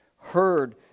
heard